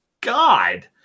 God